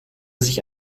sich